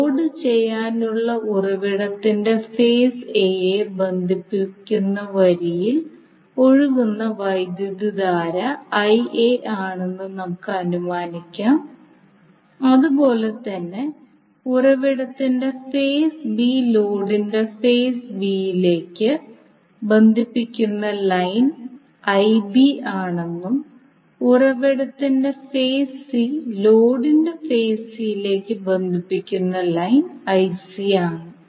load ചെയ്യാനുള്ള ഉറവിടത്തിന്റെ phase എയെ ബന്ധിപ്പിക്കുന്ന വരിയിൽ ഒഴുകുന്ന വൈദ്യുതധാര Ia ആണെന്ന് നമുക്ക് അനുമാനിക്കാം അതുപോലെ തന്നെ ഉറവിടത്തിന്റെ ഫേസ് ബി ലോഡിന്റെ ഫേസ് B യിലേക്ക് ബന്ധിപ്പിക്കുന്ന ലൈൻ Ib ആണെന്നും ഉറവിടത്തിന്റെ ഫേസ് C ലോഡിന്റെ ഫേസ് C യിലേക്ക് ബന്ധിപ്പിക്കുന്ന ലൈൻ ആണ്